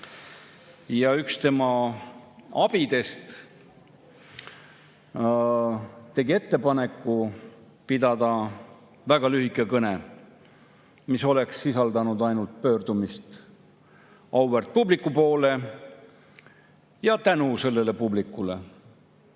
Üks tema abidest tegi ettepaneku pidada väga lühike kõne, mis oleks sisaldanud ainult pöördumist auväärt publiku poole ja tänu[avaldust] sellele publikule.